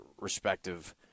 respective